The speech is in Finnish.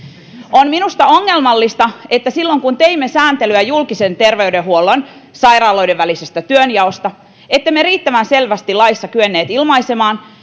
on minusta ongelmallista että silloin kun teimme sääntelyä julkisen terveydenhuollon sairaaloiden välisestä työnjaosta emme riittävän selvästi laissa kyenneet ilmaisemaan